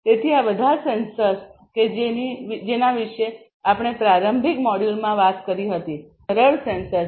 તેથી આ બધા સેન્સર્સ કે જેની વિશે આપણે પ્રારંભિક મોડ્યુલમાં વાત કરી હતી તે પહેલાં આ સરળ સેન્સર છે